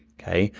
okay?